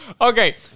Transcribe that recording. Okay